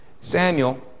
Samuel